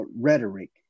rhetoric